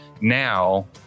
now